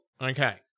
Okay